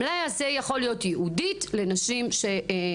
המלאי הזה יכול להיות ייעודי לנשים שבורחות.